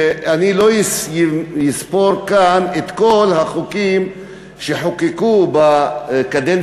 אני לא אספור כאן את כל החוקים שחוקקו בקדנציה